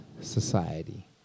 society